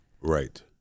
Right